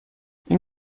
این